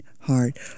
heart